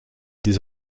des